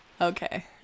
Okay